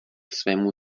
svému